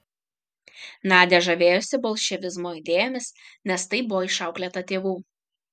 nadia žavėjosi bolševizmo idėjomis nes taip buvo išauklėta tėvų